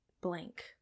blank